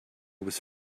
was